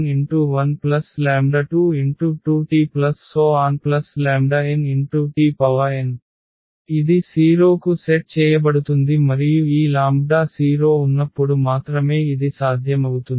ఇది 0 కు సెట్ చేయబడుతుంది మరియు ఈ లాంబ్డాs 0 ఉన్నప్పుడు మాత్రమే ఇది సాధ్యమవుతుంది